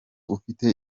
ufite